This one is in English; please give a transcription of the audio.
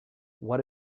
what